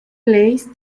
blaze